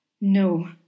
No